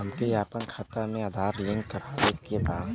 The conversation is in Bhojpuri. हमके अपना खाता में आधार लिंक करावे के बा?